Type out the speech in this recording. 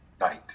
night